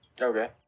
Okay